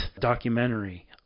documentary